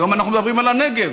היום אנחנו מדברים על הנגב,